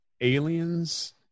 aliens